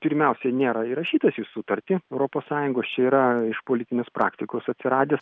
pirmiausiai nėra įrašytas į sutartį europos sąjungos čia yra iš politinės praktikos atsiradęs